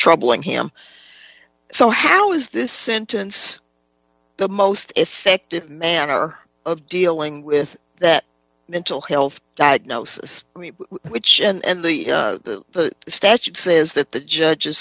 troubling him so how is this sentence the most effective manner of dealing with that mental health diagnosis which and the statute says that the judge is